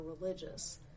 religious